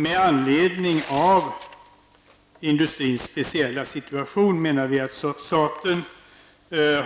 Med tanke på krigsmaterielindustrins speciella situation menar vi att staten